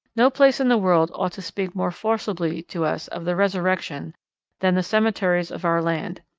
no place in the world ought to speak more forcibly to us of the resurrection than the cemeteries of our land.